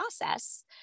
process